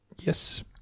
Yes